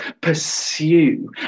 pursue